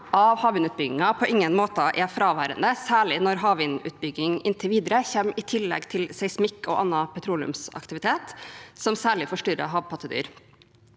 og fuglebestander er på ingen måte fraværende, særlig når havvindutbygging inntil videre kommer i tillegg til seismikk og annen petroleumsaktivitet som særlig forstyrrer havpattedyr.